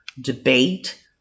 debate